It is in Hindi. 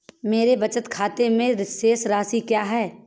मेरे बचत खाते में शेष राशि क्या है?